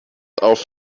auf